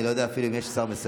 אני לא יודע אפילו אם יש שר מסכם,